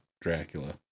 Dracula